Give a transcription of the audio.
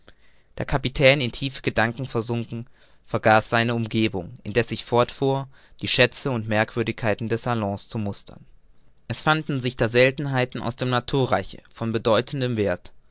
der kapitän in tiefe gedanken versunken vergaß seine umgebung indeß ich fortfuhr die schätze und merkwürdigkeiten des salons zu mustern es fanden sich da seltenheiten aus dem naturreiche von bedeutendem werth